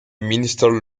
minister